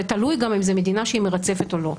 ותלוי גם אם זו מדינה שהיא מרצפת או לא.